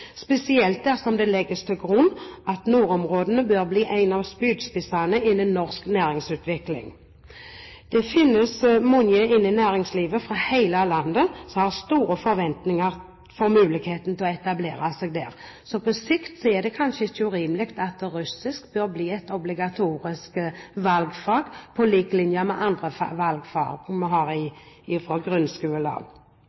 spesielt dersom det legges til grunn at nordområdene bør bli en av spydspissene innen norsk næringsutvikling. Det finnes mange innen næringslivet fra hele landet som har store forventninger til muligheten for å etablere seg der. På sikt er det kanskje ikke urimelig at russisk bør bli et obligatorisk valgfag i grunnskolen på lik linje med andre valgfag vi har.